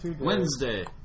Wednesday